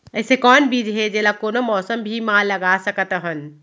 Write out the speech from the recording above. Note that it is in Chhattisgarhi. अइसे कौन बीज हे, जेला कोनो मौसम भी मा लगा सकत हन?